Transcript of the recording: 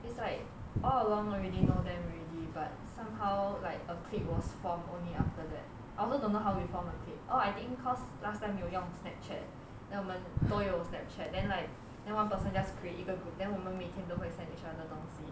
it's like all along already know them already but somehow like a clique was formed only after that I also don't know how we form a clique orh I think cause last time 有用 snapchat then 我们都有 snapchat then like then one person just create 一个 group then 我们都会 send each other 东西